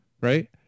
Right